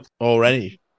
Already